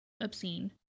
obscene